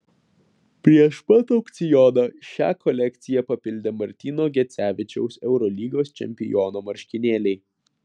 prieš pat aukcioną šią kolekciją papildė martyno gecevičiaus eurolygos čempiono marškinėliai